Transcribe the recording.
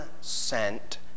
sent